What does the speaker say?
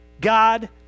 God